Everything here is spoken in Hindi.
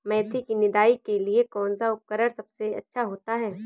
मेथी की निदाई के लिए कौन सा उपकरण सबसे अच्छा होता है?